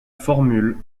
formule